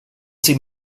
sie